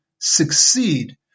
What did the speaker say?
succeed